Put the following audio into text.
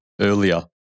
earlier